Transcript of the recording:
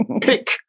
pick